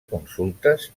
consultes